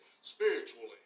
spiritually